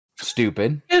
Stupid